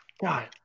god